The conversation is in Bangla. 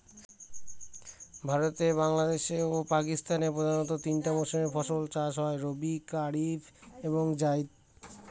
ভারতে বাংলাদেশে ও পাকিস্তানে প্রধানত তিনটা মরসুমে ফাসল চাষ হয় রবি কারিফ এবং জাইদ